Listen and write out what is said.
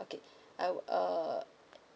okay I would uh